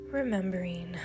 Remembering